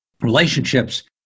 relationships